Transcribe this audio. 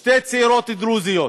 שתי צעירות דרוזיות,